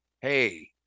Hey